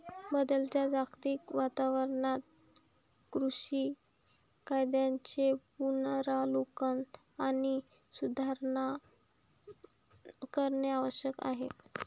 बदलत्या जागतिक वातावरणात कृषी कायद्यांचे पुनरावलोकन आणि सुधारणा करणे आवश्यक आहे